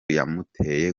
yamuteye